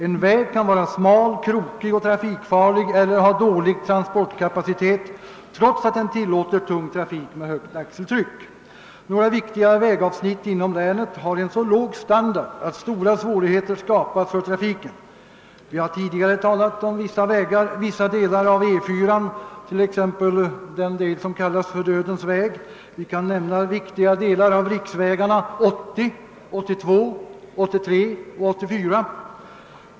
En väg kan vara smal, krokig och trafikfarlig eller ha dålig transportkapacitet, trots att den tillåter tung trafik med högt axeltryck. Några viktiga vägavsnitt inom Gävleborgs län har en så låg standard att stora svårigheter skapas för trafiken. Vi har tidigare talat om vissa delar av E 4, t.ex. den del som kallas »Dödens väg». Vi kan också nämna viktiga delar av riksvägarna 80, 82, 83 och 84.